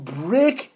break